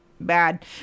bad